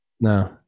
No